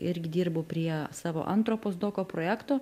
irgi dirbau prie savo antro postdoko projekto